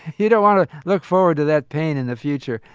you don't want to look forward to that pain in the future,